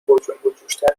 پرجنبوجوشتر